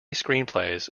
screenplays